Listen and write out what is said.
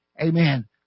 amen